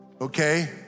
Okay